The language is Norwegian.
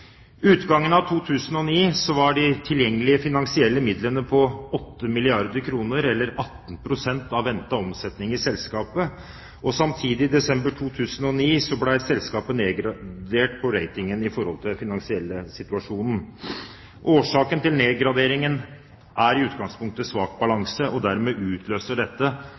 utgangen av 2009 var de tilgjengelige finansielle midlene på 8 milliarder kr, eller 18 pst. av ventet omsetning i selskapet. Samtidig, i desember 2009, ble selskapet nedgradert på ratingen grunnet den finansielle situasjonen. Årsaken til nedgraderingen er i utgangspunktet svak balanse. Dermed utløser dette